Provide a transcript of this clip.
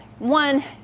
One